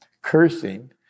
cursing